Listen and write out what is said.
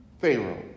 Pharaoh